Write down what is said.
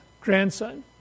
grandson